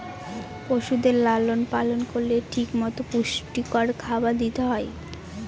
পশুদের লালন পালন করলে ঠিক মতো পুষ্টিকর খাবার দিতে হয়